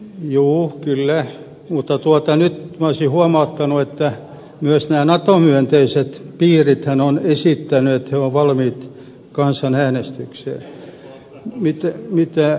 juu kyllä mutta nyt minä olisin huomauttanut että myös nato myönteiset piirithän ovat esittäneet että he ovat valmiit kansanäänestykseen